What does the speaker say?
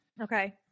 Okay